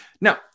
Now